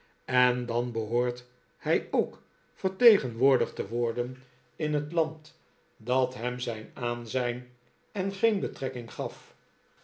en dan behoort hij ook vertegenwoordigd te worden in het land dat hem het aanzijn en geen betrekking gaf